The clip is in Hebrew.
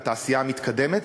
התעשייה המתקדמת,